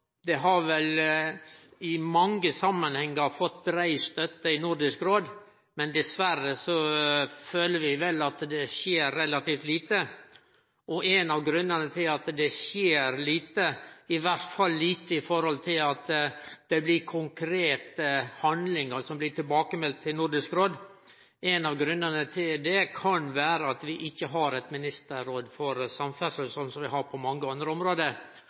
det har vel i mange samanhengar fått brei støtte i Nordisk råd, men dessverre føler vi vel at det skjer relativt lite. Ein av grunnane til at det skjer lite, iallfall lite i forhold til at konkrete handlingar blir tilbakemelde til Nordisk råd, kan vere at vi ikkje har eit ministerråd for samferdsel, sånn som vi har på mange andre område.